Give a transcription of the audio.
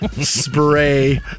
spray